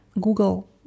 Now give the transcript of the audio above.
Google